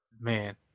man